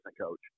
coach